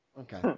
Okay